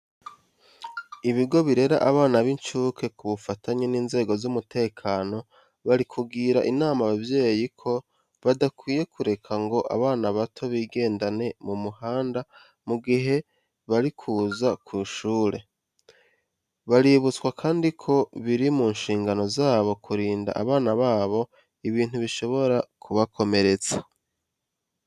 Ibigo birera abana b'incuke ku bufatanye n'inzego z'umutekano bari kugira inama ababyeyi ko badakwiye kureka ngo abana bato bigendane mu muhanda mu gihe bari kuza ku ishuri. Baributswa kandi ko biri mu nshingano zabo kurinda abana babo ibintu bishobora kubakomeretsa.